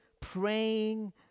praying